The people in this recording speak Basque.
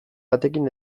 batekin